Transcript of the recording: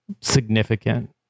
significant